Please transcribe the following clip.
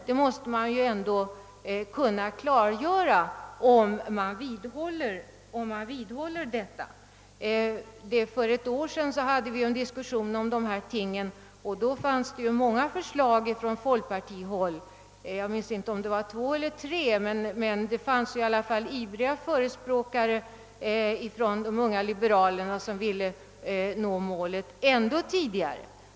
Det måste ju mittenpartiernas företrädare kunna klargöra, om de vidhåller kravet. När vi diskuterade dessa frågor för ett år sedan förelåg två eller tre förslag från folkpartihåll, och ivriga förespråkare för de unga liberalerna ville nå målet ännu tidigare.